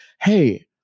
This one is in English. Hey